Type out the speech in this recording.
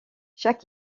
chaque